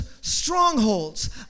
strongholds